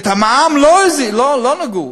במע"מ לא נגעו.